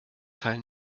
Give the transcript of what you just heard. teil